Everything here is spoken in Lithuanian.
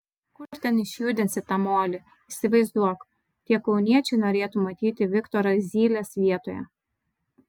kur ten išjudinsi tą molį įsivaizduok tie kauniečiai norėtų matyti viktorą zylės vietoje